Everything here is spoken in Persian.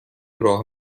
راه